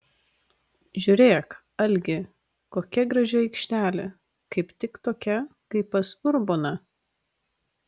žiūrėk algi kokia graži aikštelė kaip tik tokia kaip pas urboną